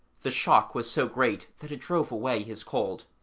the shock was so great that it drove away his cold.